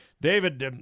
David